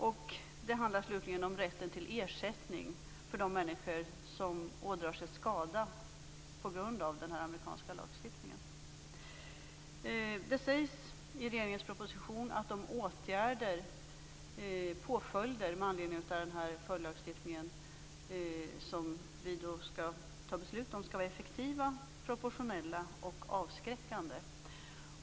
Och det handlar slutligen om rätten till ersättning för de människor som ådrar sig skada på grund av den amerikanska lagstiftningen. Det sägs i regeringens proposition att de påföljder med anledning av den här följdlagstiftningen som vi skall fatta beslut om skall vara effektiva, proportionella och avskräckande.